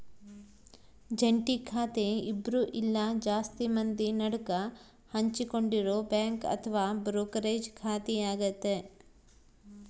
ಜಂಟಿ ಖಾತೆ ಇಬ್ರು ಇಲ್ಲ ಜಾಸ್ತಿ ಮಂದಿ ನಡುಕ ಹಂಚಿಕೊಂಡಿರೊ ಬ್ಯಾಂಕ್ ಅಥವಾ ಬ್ರೋಕರೇಜ್ ಖಾತೆಯಾಗತೆ